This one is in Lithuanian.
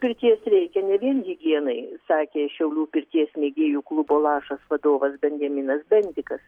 pirties reikia ne vien higienai sakė šiaulių pirties mėgėjų klubo lašas vadovas benjaminas bendikas